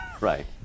Right